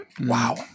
wow